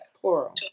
plural